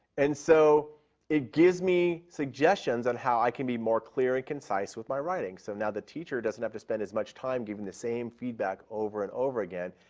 and so it gives me suggestions on how i can be more clear and concise with my writing, so now the teacher doesn't have to spend as much time giving the same feedback over and over again.